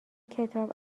کتاب